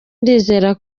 ndizera